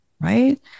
right